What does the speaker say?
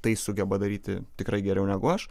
tai sugeba daryti tikrai geriau negu aš